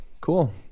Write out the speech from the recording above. cool